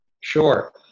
Sure